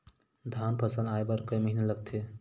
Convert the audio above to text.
धान फसल आय बर कय महिना लगथे?